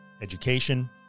education